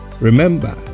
remember